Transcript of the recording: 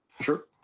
Sure